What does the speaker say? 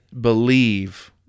believe